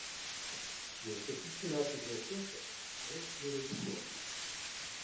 jau septinti metai kruopiuose o neregistruotas